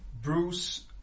Bruce